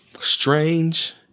strange